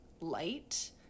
light